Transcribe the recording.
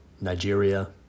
Nigeria